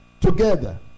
together